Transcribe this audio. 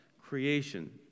creation